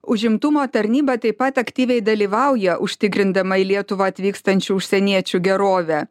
užimtumo tarnyba taip pat aktyviai dalyvauja užtikrindama į lietuvą atvykstančių užsieniečių gerovę